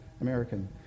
American